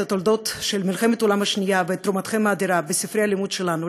את תולדות מלחמת העולם השנייה ואת תרומתכם האדירה בספרי הלימוד שלנו.